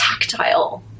tactile